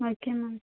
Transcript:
okay ma'am